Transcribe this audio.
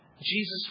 Jesus